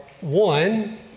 one